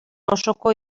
osoko